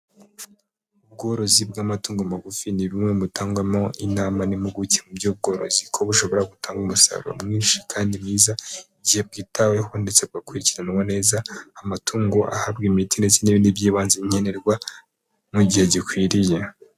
Ubworozi bw'amatungo magufi ni bumwe butangwamo inama n'impuguke mu by'ubworozi ko bushobora gutanga umusaruro mwinshi kandi mwiza igihe bwitaweho ndetse bugakurikiranwa neza amatungo ahabwa imiti ndetse n'ibindi by'ibanze nkenerwa, mu gihe gikwiriye.